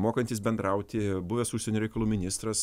mokantis bendrauti buvęs užsienio reikalų ministras